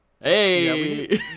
Hey